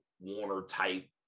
Warner-type –